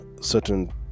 certain